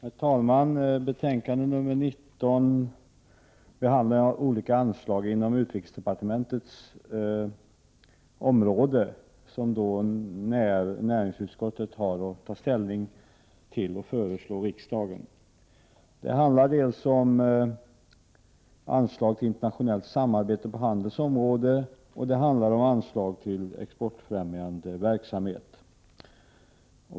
Herr talman! Näringsutskottets betänkande nr 19 behandlar olika anslag inom utrikesdepartementets område som näringsutskottet har att ta ställning till och föreslå riksdagen. Det handlar om anslag till internationellt samarbete på handelns område och om anslag till exportfrämjande verksamhet.